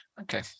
Okay